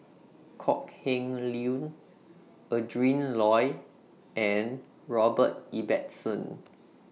Kok Heng Leun Adrin Loi and Robert Ibbetson